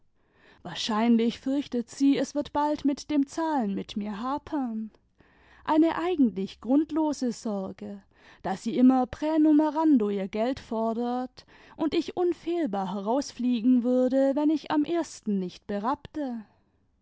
wahrscheinlich fürchtet sie es wird bald mit dem zahlen mit nur hapern eine eigentlich grundlose sorge da sie immer präntunerando ihr geld fordert und ich unfehlbar herausfliegen würde wenn ich am ersten nicht berappte